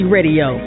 Radio